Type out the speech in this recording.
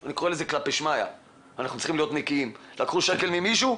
אנחנו צריכים להיות נקיים, לקחו שקל ממישהו,